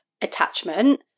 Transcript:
attachment